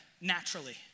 naturally